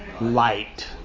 light